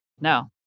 no